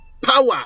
Power